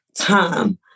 time